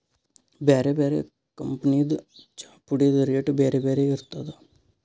ಬ್ಯಾರೆ ಬ್ಯಾರೆ ಕಂಪನಿದ್ ಚಾಪುಡಿದ್ ರೇಟ್ ಬ್ಯಾರೆ ಬ್ಯಾರೆ ಇರ್ತದ್